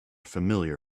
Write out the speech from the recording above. familiar